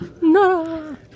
No